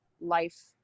life